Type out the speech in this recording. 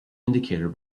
indicator